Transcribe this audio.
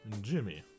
Jimmy